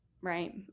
Right